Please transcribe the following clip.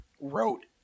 wrote –